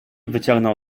wyciągnął